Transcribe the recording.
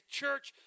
church